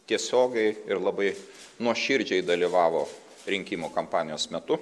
tiesiogiai ir labai nuoširdžiai dalyvavo rinkimų kampanijos metu